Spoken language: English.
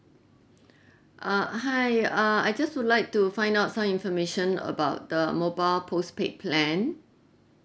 uh hi uh I just would like to find out some information about the mobile postpaid plan